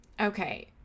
Okay